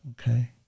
Okay